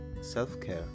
self-care